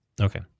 Okay